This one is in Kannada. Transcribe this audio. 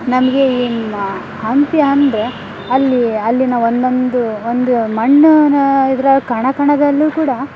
ನಮಗೆ ಏನು ಹಂಪಿ ಅಂದರೆ ಅಲ್ಲಿ ಅಲ್ಲಿನ ಒಂದೊಂದು ಒಂದು ಮಣ್ಣಿನ ಇದರ ಕಣ ಕಣದಲ್ಲೂ ಕೂಡ